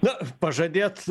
na pažadėt